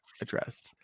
addressed